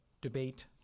debate